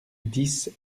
dix